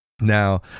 now